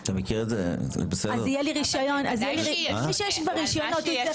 אז תהיה לי משחת שיניים שיש